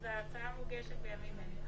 אז ההצעה מוגשת בימים אלה.